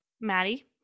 Maddie